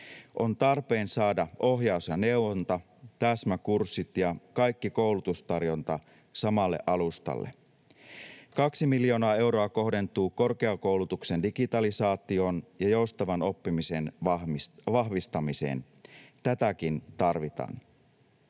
On tarpeen saada ohjaus ja neuvonta, täsmäkurssit ja kaikki koulutustarjonta samalle alustalle. 2 miljoonaa euroa kohdentuu korkeakoulutuksen digitalisaatioon ja joustavan oppimisen vahvistamiseen. Tätäkin tarvitaan.